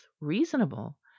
reasonable